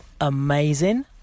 amazing